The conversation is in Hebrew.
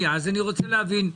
אני רוצה להבין.